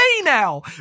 now